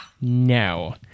no